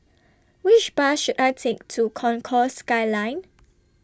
Which Bus should I Take to Concourse Skyline